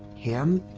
him?